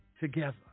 together